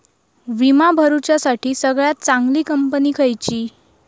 विमा भरुच्यासाठी सगळयात चागंली कंपनी खयची?